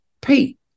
Pete